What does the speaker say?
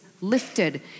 lifted